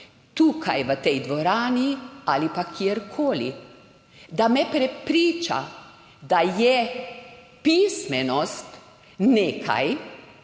tukaj v tej dvorani ali pa kjerkoli, ki me prepriča, da je pismenost nekaj,